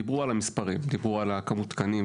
דיברו כבר על המספרים ועל כמות התקנים,